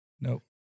nope